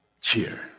cheer